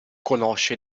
conosce